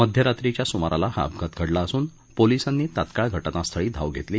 मध्यरात्रीच्या सुमाराला हा अपघात घडला असून पोलिसांनी तात्काळ घटनास्थळी धाव घेतली